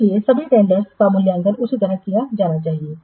इसलिए सभी टेंडरस का मूल्यांकन उसी तरह किया जाना चाहिए